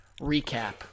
recap